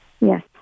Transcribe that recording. Yes